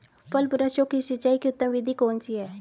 फल वृक्षों की सिंचाई की उत्तम विधि कौन सी है?